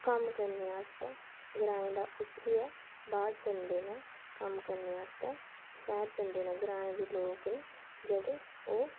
ओह् कम्म करने आस्तै ग्राएं दा उट्ठियै बाह्र जंदे न कम्म करने आस्तै शैह्र जंदे न ग्राएं दे लोक न जेह्ड़े ओह्